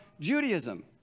Judaism